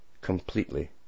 Completely